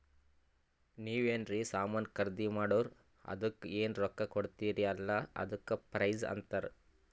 ನೀವ್ ಎನ್ರೆ ಸಾಮಾನ್ ಖರ್ದಿ ಮಾಡುರ್ ಅದುಕ್ಕ ಎನ್ ರೊಕ್ಕಾ ಕೊಡ್ತೀರಿ ಅಲ್ಲಾ ಅದಕ್ಕ ಪ್ರೈಸ್ ಅಂತಾರ್